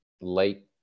late